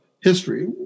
history